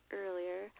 earlier